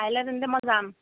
কাইলৈ তেন্তে মই যাম